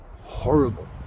horrible